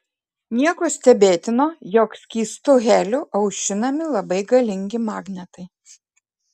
nieko stebėtino jog skystu heliu aušinami labai galingi magnetai